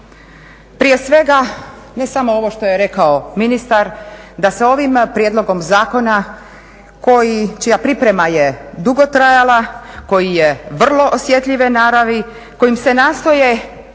Prije svega ne samo ovo što je rekao ministar da se ovim prijedlogom zakona čija priprema je dugo trajala, koji je vrlo osjetljive naravi, kojim se nastoje